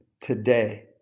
today